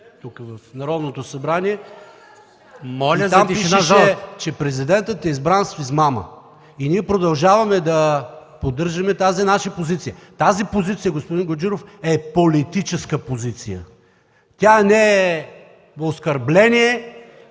тишина! ПАВЕЛ ШОПОВ: Там пишеше, че президентът е избран с измама. Ние продължаваме да поддържаме тази наша позиция. Тази позиция, господин Гуджеров, е политическа позиция. Тя не е оскърбление